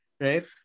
Right